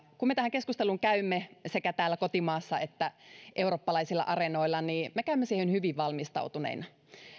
kun me tähän keskusteluun käymme sekä täällä kotimaassa että eurooppalaisilla areenoilla niin me käymme siihen hyvin valmistautuneina